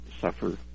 suffer